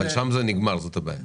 שם זה נגמר, זאת הבעיה.